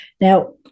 now